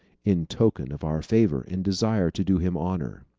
in token of our favor and desire to do him honor.